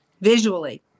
visually